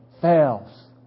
Fails